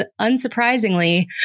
unsurprisingly